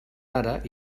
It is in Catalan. ara